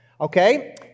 Okay